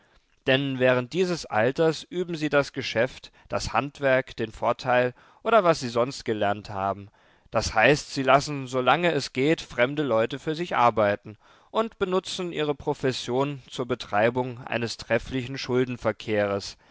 denn während dieses alters üben sie das geschäft das handwerk den vorteil oder was sie sonst gelernt haben d h sie lassen solange es geht fremde leute für sich arbeiten und benutzen ihre profession zur betreibung eines trefflichen